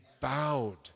bowed